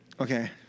Okay